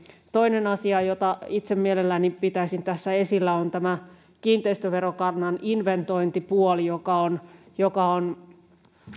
toinen asia jota itse mielelläni pitäisin tässä esillä on tämä kiinteistöverokannan inventointipuoli joka on joka on